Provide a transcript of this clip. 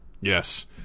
Yes